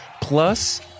plus